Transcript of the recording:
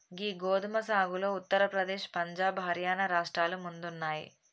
గీ గోదుమ సాగులో ఉత్తర ప్రదేశ్, పంజాబ్, హర్యానా రాష్ట్రాలు ముందున్నాయి